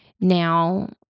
Now